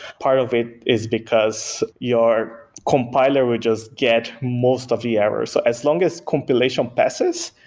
part of it is because your compiler will just get most of the errors. so as long as compilation passes,